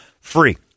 free